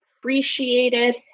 appreciated